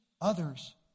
others